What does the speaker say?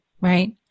Right